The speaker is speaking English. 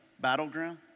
battleground